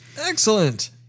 Excellent